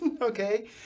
okay